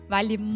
Vale